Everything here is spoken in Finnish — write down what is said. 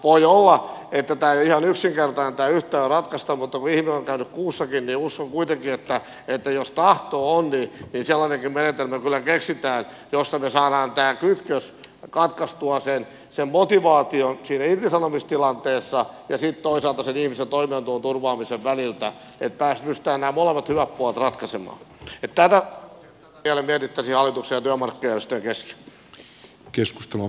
voi olla että tämä yhtälö ei ole ihan yksinkertainen ratkaista mutta kun ihminen on käynyt kuussakin niin uskon kuitenkin että jos tahto on niin sellainenkin menetelmä kyllä keksitään jolla me saamme katkaistua tämän kytköksen sen motivaation siinä irtisanomistilanteessa ja sitten toisaalta sen ihmisen toimeentulon turvaamisen väliltä niin että pystytään nämä molemmat hyvät puolet ratkaisemaan